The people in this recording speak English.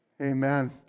Amen